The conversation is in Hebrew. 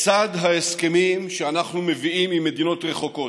לצד ההסכמים שאנחנו מביאים עם מדינות רחוקות,